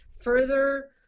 further